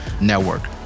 network